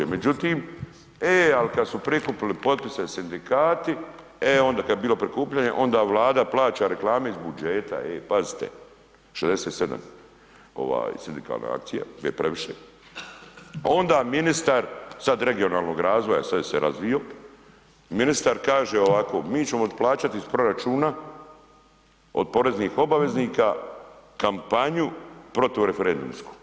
Međutim, e al kada su prikupili potpise sindikati, e onda kad je bilo prikupljanje onda Vlada plaće reklame iz budžete, ej pazite, 67 sindikalna akcija je previše, onda ministar, sada regionalnog razvoja, sada se je razvio, ministar kaže ovako mi ćemo plaćati iz proračuna od poreznih obaveznika kampanju protiv referendumsku.